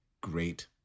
great